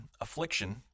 affliction